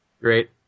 Great